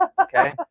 Okay